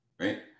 right